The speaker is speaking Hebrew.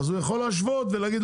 הוא יכול להשוות ולהחליט.